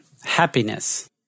happiness